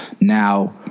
now